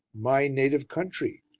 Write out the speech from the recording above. my native country,